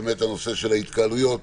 הנושא של ההתקהלויות,